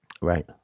Right